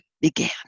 began